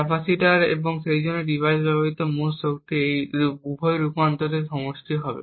capacitor এবং সেইজন্য device দ্বারা ব্যবহৃত মোট শক্তি এই উভয় রূপান্তরের সমষ্টি হবে